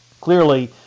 Clearly